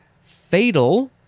Fatal